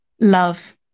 love